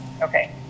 Okay